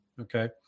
okay